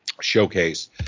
showcase